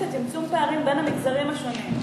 כלשהי לצמצום פערים בין המגזרים השונים,